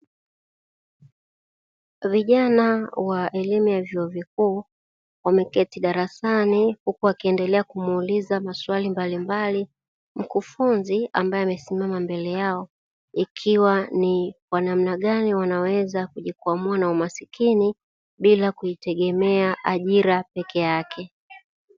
Vijana wa elimu ya vyuo vikuu wameketi darasani huku wakiendelea kumuuliza maswala mbalimbali mkufunzi ambaye amesimama mbele yao, ikiwa ni namna gani wanaweza kujikwamua na umaskini bila kutegemea ajira peke yake.